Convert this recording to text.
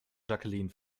jacqueline